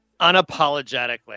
unapologetically